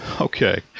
okay